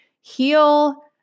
heal